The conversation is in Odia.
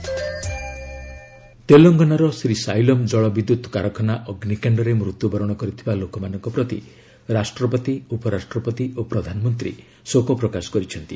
ତେଲଙ୍ଗାନା ମିଶାପ୍ ତେଲଙ୍ଗାନାର ଶ୍ରୀସାଇଲମ୍ ଜଳବିଦ୍ୟୁତ୍ କାରଖାନା ଅଗ୍ରିକାଣ୍ଡରେ ମୃତ୍ୟୁବରଣ କରିଥିବା ଲୋକମାନଙ୍କ ପ୍ରତି ରାଷ୍ଟ୍ରପତି ଉପରାଷ୍ଟ୍ରପତି ଓ ପ୍ରଧାନମନ୍ତ୍ରୀ ଶୋକ ପ୍ରକାଶ କରିଛନ୍ତି